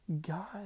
God